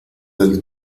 del